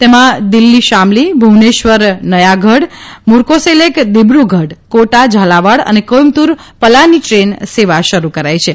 તેમાં દિલ્ફી શામલી ભુવનેશ્વર નયાગઢ મુર્કોસેલેક દિબ્રગઢ કોટા ઝાલાવાડ અને કોઇમ્બત્રર પલાની દ્રેન સેવા શરૂ કરાઇ છે